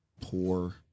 poor